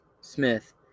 Smith